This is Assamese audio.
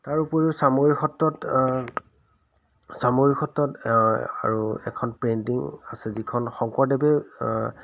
তাৰ উপৰিও চামগুৰি সত্ৰত চামগুৰি সত্ৰত আৰু এখন পেইণ্টিং আছে যিখন শংকৰদেৱে